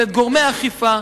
ואת גורמי האכיפה,